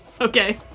Okay